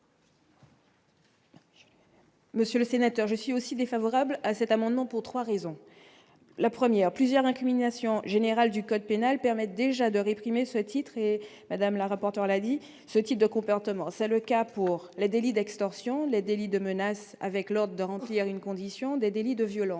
Monsieur le sénateur, je suis aussi défavorable à cet amendement pour 3 raisons : la première, plusieurs incriminations générales du code pénal permet déjà de réprimer ce titre Madame la rapporteure la vie ce type de comportement, c'est le cas pour le délit d'extorsion, les délits de menaces avec l'ordre de rendre il y a une condition des délits de violence